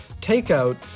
takeout